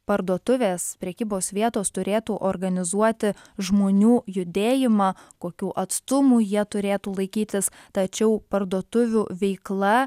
parduotuvės prekybos vietos turėtų organizuoti žmonių judėjimą kokių atstumų jie turėtų laikytis tačiau parduotuvių veikla